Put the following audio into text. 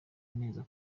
neza